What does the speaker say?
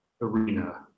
arena